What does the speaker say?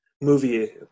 movie